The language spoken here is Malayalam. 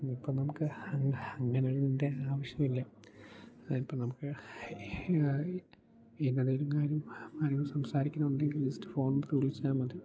ഇപ്പം നമുക്ക് അങ്ങ് അങ്ങനെയുള്ളതിൻ്റെ ആവശ്യമില്ല അതായത് ഇപ്പോൾ നമുക്ക് ഏതെങ്കിലും കാര്യം ആരോടെങ്കിലും സംസാരിക്കണമെന്നുണ്ടെങ്കിൽ ജസ്റ്റ് ഫോൺ എടുത്തു വിളിച്ചാൽ മതി